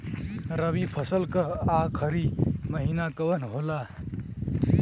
रवि फसल क आखरी महीना कवन होला?